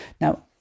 now